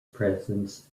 presence